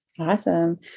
Awesome